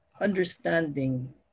understanding